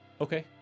Okay